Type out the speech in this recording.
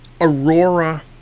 Aurora